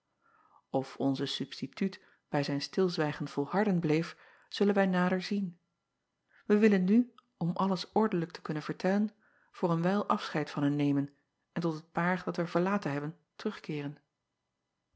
f onze substituut bij zijn stilzwijgen volharden bleef zullen wij nader zien wij willen nu om alles ordelijk te kunnen vertellen voor een wijl afscheid van hen nemen en tot het paar dat wij verlaten hebben terugkeeren